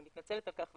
אני מתנצלת על כך,